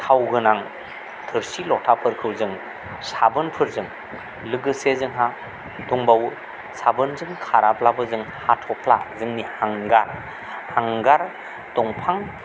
थाव गोनां थोरसि लथाफोरखौ जों साबोनफोरजों लोगोसे जोंहा दंबावो साबोनजों खाराब्लाबो जों हाथफ्ला जोंनि हांगार हांगार दंफांनि